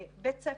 בית ספר,